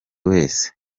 wese